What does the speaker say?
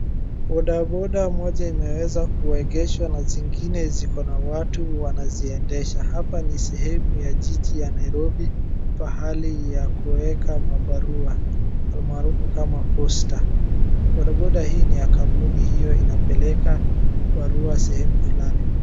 Bodaboda moja imeweza kuegeshwa na zingine ziko na watu wanaziendesha, hapa ni sehemu ya jiji ya Nairobi pahali ya kuweka mabarau, alamaarufu kama Posta. Bodaboda hii ni ya kampuni hiyo inapeleka barua sehemu fulani.